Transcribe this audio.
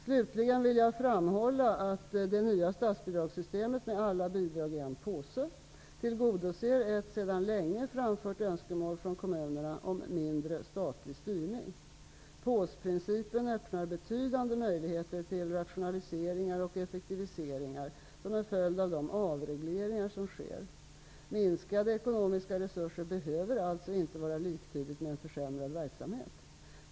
Slutligen vill jag framhålla att det nya statsbidragssystemet med alla bidrag i en ''påse'' tillgodoser ett sedan längre framfört önskemål från kommunerna om mindre statlig styrning. ''Påsprincipen'' öppnar betydande möjligheter till rationaliseringar och effektiviseringar som en följd av de avregleringar som sker. Minskade ekonomiska resurser behöver alltså inte vara liktydigt med en försämrad verksamhet.